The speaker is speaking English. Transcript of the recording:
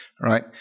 Right